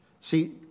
See